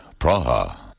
Praha